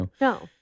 no